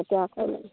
এতিয়া আকৌ